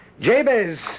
Jabez